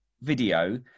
video